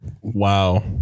wow